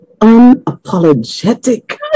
unapologetic